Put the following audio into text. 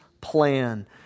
plan